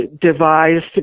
devised